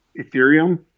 Ethereum